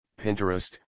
pinterest